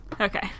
okay